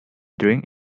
drink